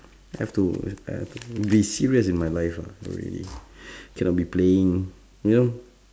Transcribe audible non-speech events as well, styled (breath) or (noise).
I have to I have to be serious in my life ah no really (breath) cannot be playing you know